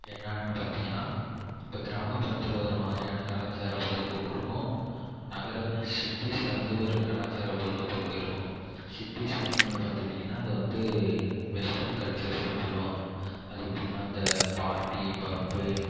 என்னெனன்னு பார்த்திங்ன்னா இப்போது கிராமபுறத்தில் ஒரு மாதிரியான கலாச்சார பொழுதுபோக்கு இருக்கும் நகரம் சிட்டிஸில் வந்து ஒரு கலாச்சார பொழுதுபோக்கு இருக்கும் சிட்டிஸ்லென்னு வந்து பார்த்துக்கிட்டிங்ன்னா அது வந்து வெஸ்டென் கல்ச்சர்ஸ்ன்னு சொல்லுவாங்க அது எப்படின்னா அந்த பார்ட்டி பப்பு